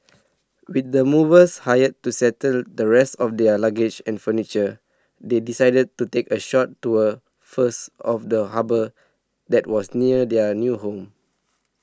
with the movers hired to settle the rest of their luggage and furniture they decided to take a short tour first of the harbour that was near their new home